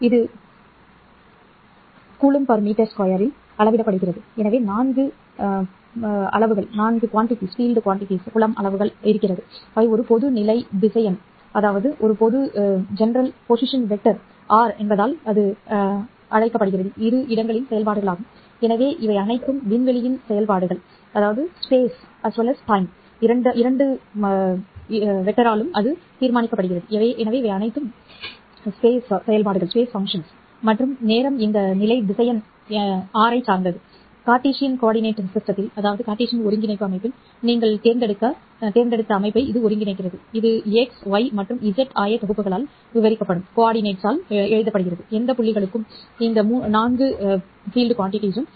இது சி மீ 2 இல் அளவிடப்படுகிறது எனவே இவை 4 புலம் அளவுகள் ஆகும் அவை ஒரு பொது நிலை திசையன் byr மற்றும் நேரம் வழங்கிய இரு இடங்களின் செயல்பாடுகளாகும் எனவே இவை அனைத்தும் விண்வெளியின் செயல்பாடுகள் மற்றும் நேரம் இந்த நிலை திசையன் orr சார்ந்தது கார்ட்டீசியன் ஒருங்கிணைப்பு அமைப்பில் நீங்கள் தேர்ந்தெடுத்த அமைப்பை இது ஒருங்கிணைக்கிறது இது x y மற்றும் z ஆயத்தொகுப்புகளால் விவரிக்கப்படும் எந்த புள்ளிகளுக்கும் வழங்கப்படும்